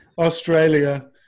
Australia